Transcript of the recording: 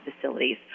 facilities